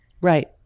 right